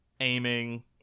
aiming